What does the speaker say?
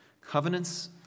Covenants